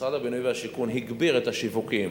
משרד הבינוי והשיכון הגביר את השיווקים